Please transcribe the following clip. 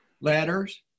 Letters